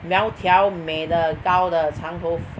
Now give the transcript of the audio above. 苗条美的高的长头 f~